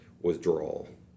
withdrawal